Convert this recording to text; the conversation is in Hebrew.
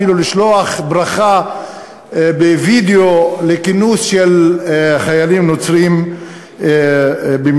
אפילו לשלוח ברכה בווידיאו לכינוס של חיילים נוצרים במילואים.